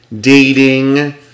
dating